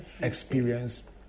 experience